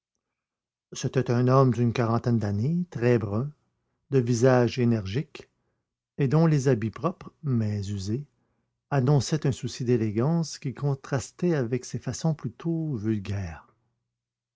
c'était un homme d'une quarantaine d'années très brun de visage énergique et dont les habits propres mais usés annonçaient un souci d'élégance qui contrastait avec ses façons plutôt vulgaires